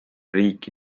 riiki